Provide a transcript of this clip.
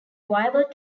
viable